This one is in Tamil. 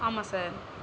ஆமாம் சார்